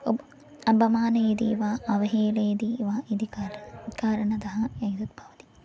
उप् अपमानयति वा अवहेलयति वा इति कार्यं कारणतः एतत् भवति